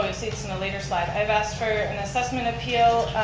see it's in a later slide. i've asked for an assessment appeal,